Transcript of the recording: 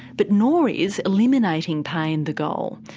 but nor is eliminating pain the goal.